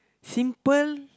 simple